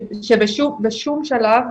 שבשום שלב,